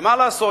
ומה לעשות,